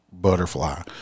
butterfly